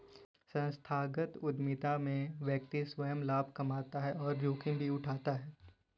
संस्थागत उधमिता में व्यक्ति स्वंय लाभ कमाता है और जोखिम भी उठाता है